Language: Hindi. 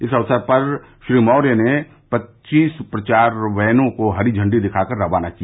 इस अवसर पर श्री मौर्य ने पच्चीस प्रचार वैनों को हरी झंडी दिखा कर रवाना किया